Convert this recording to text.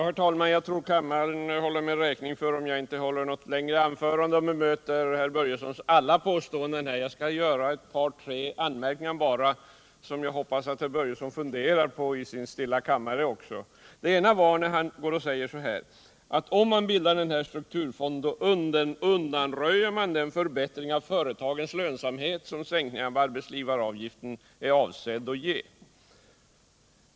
Herr talman! Jag tror kammaren håller mig räkning för om jag inte håller något längre anförande och bemöter herr Börjessons alla påståenden. Jag skall bara göra ett par tre anmärkningar, som jag hoppas att herr Börjesson funderar på i sin stilla kammare. Den ena anmärkningen gäller herr Börjessons uttalande att om man bildar en strukturfond undanröjer man den förbättring i företagens lönsamhet som sänkningen av arbetsgivaravgiften är avsedd att ge.